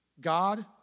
God